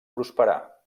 prosperar